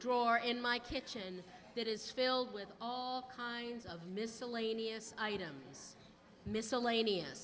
drawer in my kitchen that is filled with all kinds of miscellaneous items miscellaneous